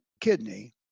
kidney